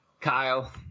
Kyle